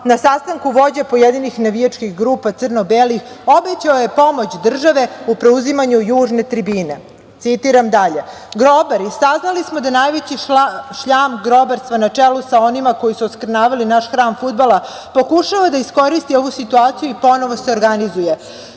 na sastanku vođa pojedinih navijačkih grupa crno-belih obećao je pomoć države u preuzimanju južne tribine“. Citiram dalje: „Grobari, saznali smo da najveći šljam grobarstva na čelu sa onima koji su oskrnavili naš hram fudbala, pokušava da iskoristi ovu situaciju i ponovo se organizuje.